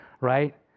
right